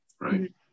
right